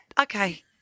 okay